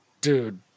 dude